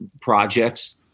projects